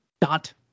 dot